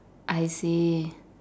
I see